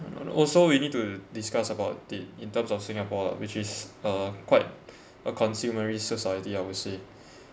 and also we need to discuss about it in terms of singapore ah which is uh quite a consumerist society I would say